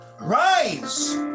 Rise